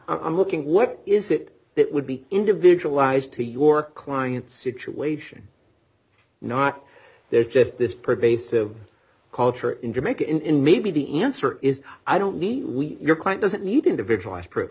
i'm looking what is it that would be individualized to your client situation not there's just this pervasive culture in jamaica in maybe the answer is i don't need we your client doesn't need individualized proof